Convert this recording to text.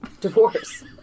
Divorce